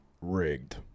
Rigged